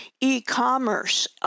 e-commerce